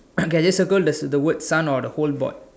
okay just circle the word the word sun or the whole board